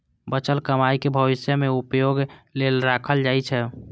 बचल कमाइ कें भविष्य मे उपयोग लेल राखल जाइ छै